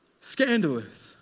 scandalous